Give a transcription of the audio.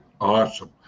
awesome